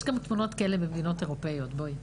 יש גם תמונות כאלה במדינות אירופאיות, בואו.